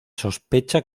sospecha